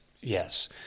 yes